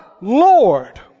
Lord